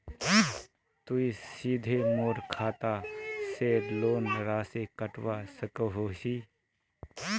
तुई सीधे मोर खाता से लोन राशि कटवा सकोहो हिस?